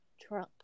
Trump